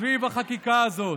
סביב החקיקה הזאת.